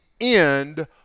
end